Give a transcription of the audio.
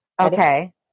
Okay